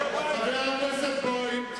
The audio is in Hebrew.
חבר הכנסת בוים,